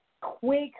quick